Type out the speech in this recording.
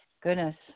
goodness